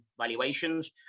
valuations